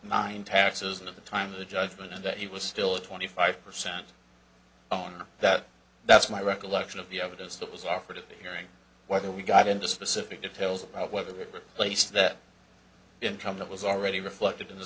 nine taxes and of the time of the judgment and that he was still a twenty five percent owner that that's my recollection of the evidence that was offered a hearing whether we got into specific details about whether that place that income that was already reflected in the